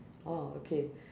oh okay